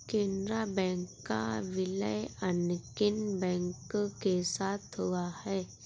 Canara bank का विलय अन्य किन बैंक के साथ हुआ है?